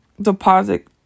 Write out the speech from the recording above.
deposit